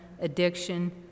addiction